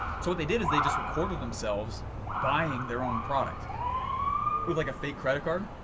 so what they did is they just recorded themselves buying their own product with like a fake credit card.